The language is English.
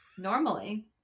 Normally